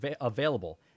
available